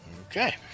Okay